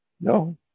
No